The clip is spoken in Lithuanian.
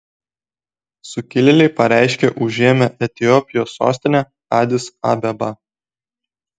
sukilėliai pareiškė užėmę etiopijos sostinę adis abebą